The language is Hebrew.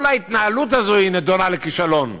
כל ההתנהלות הזו נידונה לכישלון.